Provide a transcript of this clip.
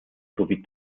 sowie